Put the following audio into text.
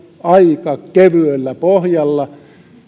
aika kevyellä pohjalla